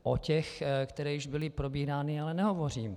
O těch, které již byly probírány, nehovořím.